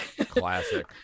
Classic